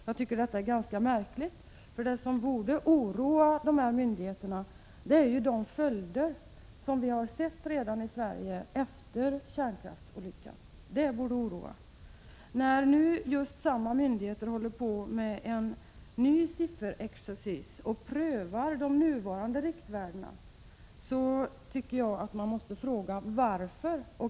Jag tycker att det är ganska märkligt, för det som borde oroa de här myndigheterna är de följder som vi redan har sett i Sverige efter kärnkraftsolyckan. När nu samma myndigheter håller på med en ny sifferexercis och prövar de nuvarande riktvärdena, tycker jag att det finns skäl att fråga varför.